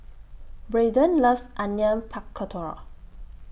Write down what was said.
Braydon loves Onion Pakora